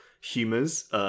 humours